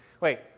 Wait